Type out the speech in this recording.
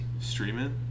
Streaming